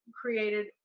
created